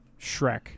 Shrek